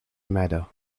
matter